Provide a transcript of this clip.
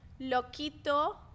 Loquito